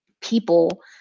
people